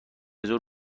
زور